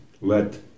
let